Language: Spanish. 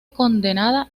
condenada